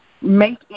make